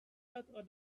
other